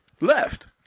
left